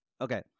Okay